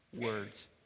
words